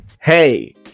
hey